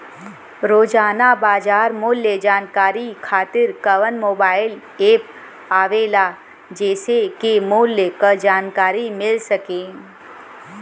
रोजाना बाजार मूल्य जानकारी खातीर कवन मोबाइल ऐप आवेला जेसे के मूल्य क जानकारी मिल सके?